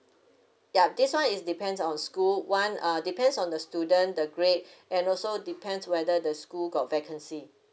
ya this one is depends on school [one] err depends on the student the grade and also depends whether the school got vacancy